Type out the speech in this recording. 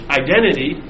identity